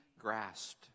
grasped